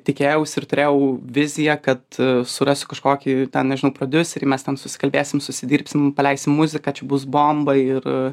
tikėjausi ir turėjau viziją kad surasiu kažkokį ten nežinau prodiuserį mes ten susikalbėsim susidirbsim paleisim muziką čia bus bomba ir